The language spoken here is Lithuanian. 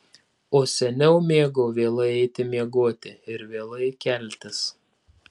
o seniau mėgau vėlai eiti miegoti ir vėlai keltis